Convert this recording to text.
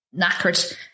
knackered